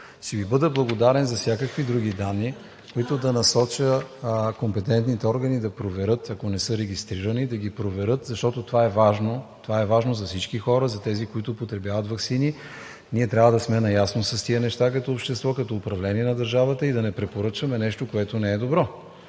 Ще Ви бъда благодарен за всякакви други данни, които да насочат компетентните органи, ако не са регистрирани, да ги проверят, защото това е важно. Това е важно за всички хора, за тези, които употребяват ваксини. Ние трябва да сме наясно с тези неща като общество, като управление на държавата и да не препоръчваме нещо, което не е добро.